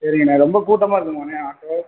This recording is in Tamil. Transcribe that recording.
சரிங்கண்ணே ரொம்ப கூட்டமாக இருக்குமாண்ணே ஆட்டோ